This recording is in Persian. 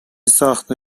ساخته